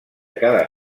cada